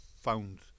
found